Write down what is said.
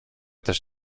też